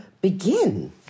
begin